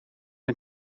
een